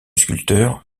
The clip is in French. sculpteur